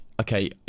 okay